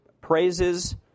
praises